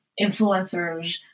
influencers